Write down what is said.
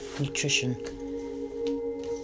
nutrition